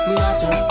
matter